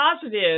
positive